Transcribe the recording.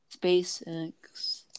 SpaceX